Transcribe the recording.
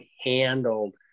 handled